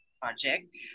project